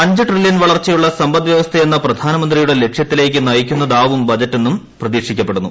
അഞ്ച് ട്രില്ല്യൺ വളർച്ചയുള്ള സമ്പദ്വ്യവസ്ഥയെന്ന പ്രധാനമന്ത്രിയുടെ ലക്ഷ്യത്തിലേക്ക് നയിക്കുന്നതാവും ബജറ്റെന്നും പ്രതീക്ഷിക്കപ്പെടുന്നു